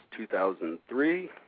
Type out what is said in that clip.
2003